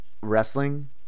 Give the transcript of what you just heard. wrestling